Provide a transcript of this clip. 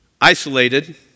isolated